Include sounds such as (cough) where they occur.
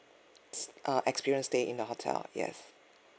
(noise) uh experience stay in the hotel yes